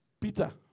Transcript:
Peter